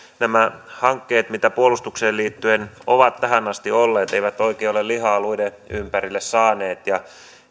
nämä hankkeet mitä puolustukseen liittyen on tähän asti ollut eivät oikein ole lihaa luiden ympärille saaneet ja